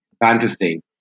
fantasy